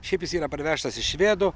šiaip jis yra parvežtas iš švedų